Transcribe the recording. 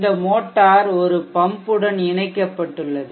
இந்த மோட்டார் ஒரு பம்புடன் இணைக்கப்பட்டுள்ளது